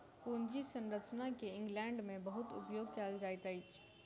पूंजी संरचना के इंग्लैंड में बहुत उपयोग कएल जाइत अछि